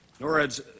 NORAD's